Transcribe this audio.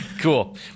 Cool